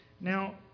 Now